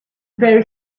very